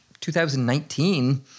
2019